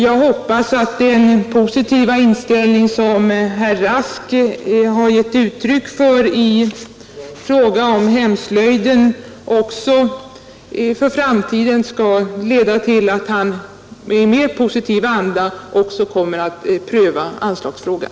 Jag hoppas att den positiva inställning som herr Rask har givit uttryck åt i fråga om hemslöjden för framtiden skall leda till att han i mer positiv anda kommer att pröva anslagsfrågan.